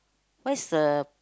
what is a